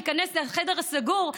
להיכנס לחדר הסגור.